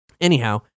Anyhow